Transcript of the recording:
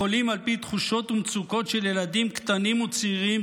יכולים על פי תחושות ומצוקות של ילדים קטנים וצעירים,